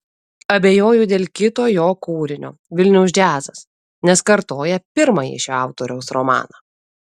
abejoju dėl kito jo kūrinio vilniaus džiazas nes kartoja pirmąjį šio autoriaus romaną